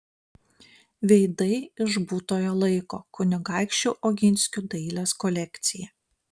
veidai iš būtojo laiko kunigaikščių oginskių dailės kolekcija